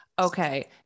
okay